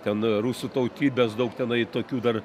ten rusų tautybės daug tenai tokių dar